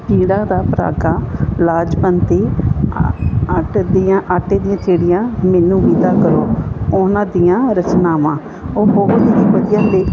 ਪੀੜਾਂ ਦਾ ਪਰਾਗਾ ਲਾਜਬੰਤੀ ਆਟੇ ਦੀਆਂ ਆਟੇ ਦੀਆਂ ਚਿੜੀਆਂ ਮੈਨੂੰ ਵਿਦਾ ਕਰੋ ਉਹਨਾਂ ਦੀਆਂ ਰਚਨਾਵਾਂ ਉਹ ਬਹੁਤ ਹੀ ਵਧੀਆ ਅਤੇ